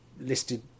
listed